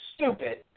stupid